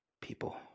people